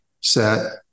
set